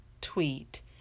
tweet